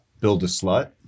Build-a-slut